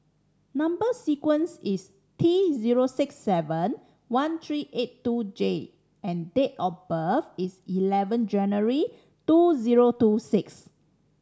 number sequence is T zero six seven one three eight two J and date of birth is eleven January two zero two six